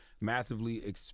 massively